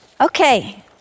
Okay